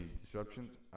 disruptions